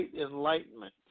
enlightenment